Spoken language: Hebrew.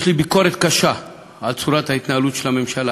יש לי ביקורת קשה על צורת ההתנהלות של הממשלה,